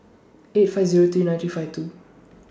eight five Zero three ninety five two